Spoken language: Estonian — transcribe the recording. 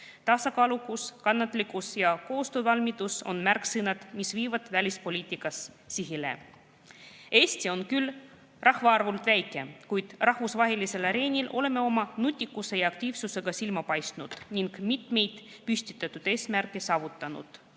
Tasakaalukus, kannatlikkus ja koostöövalmidus on märksõnad, mis viivad välispoliitikas sihile. Eesti on küll rahvaarvult väike, kuid rahvusvahelisel areenil oleme oma nutikuse ja aktiivsusega silma paistnud ning mitmeid püstitatud eesmärke saavutanud.